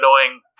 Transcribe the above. annoying